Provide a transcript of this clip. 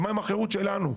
ומה עם החירות שלנו,